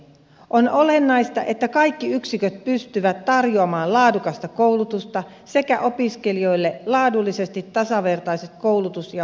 on olennaista että kaikki yksiköt pystyvät tarjoamaan laadukasta koulutusta sekä opiskelijoille laadullisesti tasavertaiset koulutus ja opiskelijapalvelut